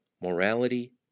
morality